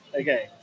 Okay